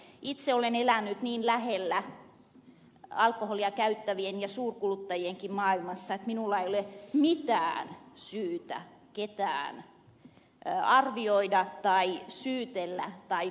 itse olen elänyt niin lähellä alkoholia käyttävien ja suurkuluttajienkin maailmassa että minulla ei ole mitään syytä ketään arvioida tai syytellä tai tuomita